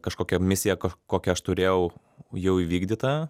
kažkokia misija kokią aš turėjau jau įvykdyta